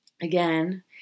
again